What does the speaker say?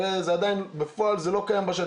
הרי בפועל זה עדיין לא קיים בשטח.